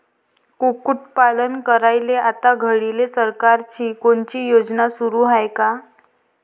कुक्कुटपालन करायले आता घडीले सरकारची कोनची योजना सुरू हाये का?